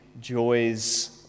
joys